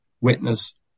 witness